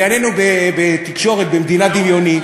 ענייננו בתקשורת במדינה דמיונית.